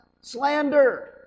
slander